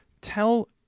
tell